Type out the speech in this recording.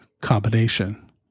combination